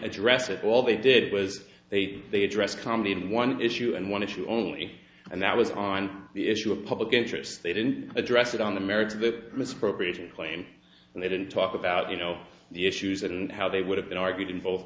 address it all they did was they they addressed comedy in one issue and one issue only and that was on the issue of public interest they didn't address it on the merits of the misappropriated claim and they didn't talk about you know the issues and how they would have been argued in both